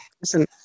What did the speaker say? listen